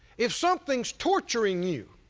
if something is torturing you,